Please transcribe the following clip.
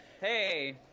Hey